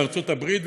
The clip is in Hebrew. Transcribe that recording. בארצות הברית,